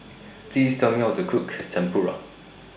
Please Tell Me How to Cook Tempura